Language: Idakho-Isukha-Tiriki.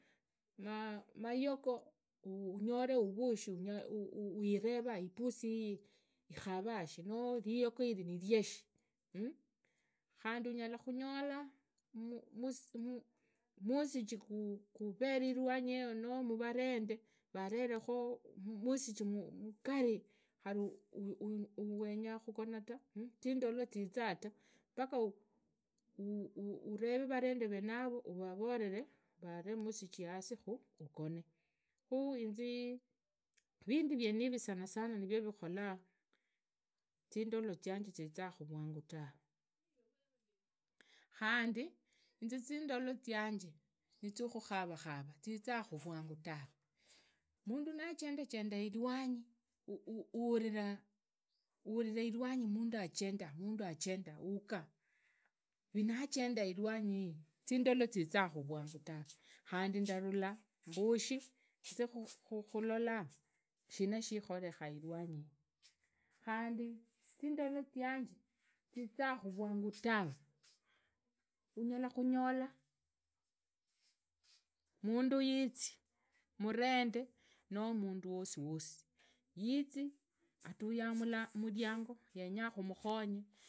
Naa mayogo unyola avushi wireranga, ipusi iyi ikarashi noo riyogo ivi niriashi, khandi unyalakhunyola mosiji guveree ilwanyi yego noo muvavende vaverekhu masiji mugali khari wenya khugona tu, zindolo zizaa ta paka wenya, uvere varende venavo, uvavorere varee mosiji hasi kha ugone. Khu inzi vindu vieniri sana sana niviarikhola zindoo, zindolo zianje zizakhu vwanga tawe. Khandi inze zindolo, zianje nizia khukhavakhava zizakhu vwangu tawe mundu najendajenda ilwanyi uhurira uhurira ilwanyi mundu ajenda mundu ajendaa paka uhuga wina ajenda ilwanyi iyi, zindoloo zizakhu vwangu tawe, khandi ndavukha mbushe nzize khulolaa shina shikhurekha ilwanyi iyi, khandi zindole zianje zizakhu vwangu tawe unyalakhunyola mundu yizi murenda noo mundu wosiwosi yizi aduyaa khumuriango yenyaa khumukhonye.